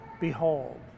Behold